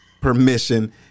permission